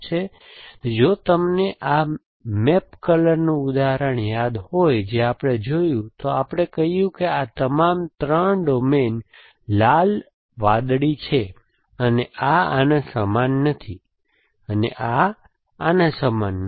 તેથી જો તમને આ મેપ કલર નું ઉદાહરણ યાદ હોય જે આપણે જોયું છે તો આપણે કહ્યું કે આ તમામ 3 ડોમેન્સ લાલ વાદળી છે અને આ આના સમાન નથી અને આ આના સમાન નથી